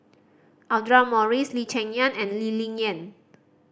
Audra Morrice Lee Cheng Yan and Lee Ling Yen